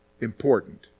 important